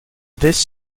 this